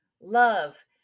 love